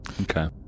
Okay